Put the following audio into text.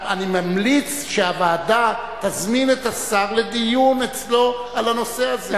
אני ממליץ שהוועדה תזמין את השר לדיון אצלה על הנושא הזה.